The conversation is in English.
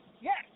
yes